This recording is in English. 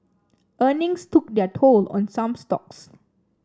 earnings took their toll on some stocks